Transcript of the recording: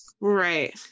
right